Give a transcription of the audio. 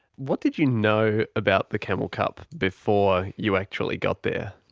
what did you know about the camel cup before you actually got there?